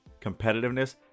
competitiveness